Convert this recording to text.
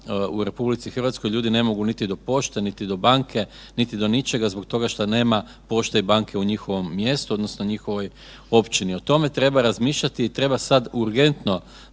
općinicama u RH ljudi ne mogu niti do pošte, niti do banke, niti do ničega zbog toga što nema pošte i banke u njihovom mjestu odnosno njihovoj općini. O tome treba razmišljati i treba sada urgentno